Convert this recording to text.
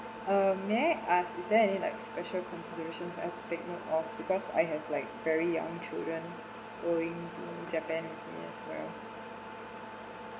uh may ask is there any like special consideration I have to take note of because I have like very young children going to japan with me as well